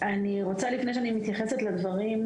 לפני שאני מתייחסת לדברים,